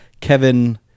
Kevin